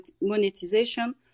monetization